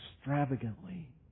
extravagantly